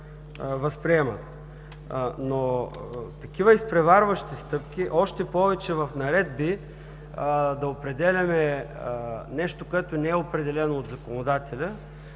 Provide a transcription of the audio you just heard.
възприемат. Такива изпреварващи стъпки, още повече в наредби да определяме нещо, което не е определено от законодателя,